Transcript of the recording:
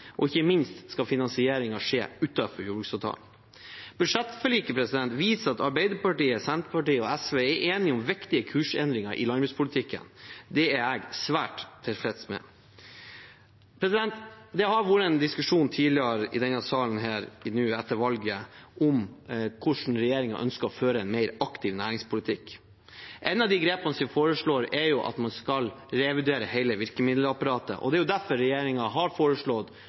Ikke minst skal finansieringen skje utenfor jordbruksavtalen. Budsjettforliket viser at Arbeiderpartiet, Senterpartiet og SV er enige om viktige kursendringer i landbrukspolitikken. Det er jeg svært tilfreds med. Det har vært en diskusjon tidligere i denne salen, nå etter valget, om hvordan regjeringen ønsker å føre en mer aktiv næringspolitikk. Et av de grepene som foreslås, er at man skal revurdere hele virkemiddelapparatet, og det er derfor regjeringen har foreslått,